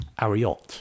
Ariot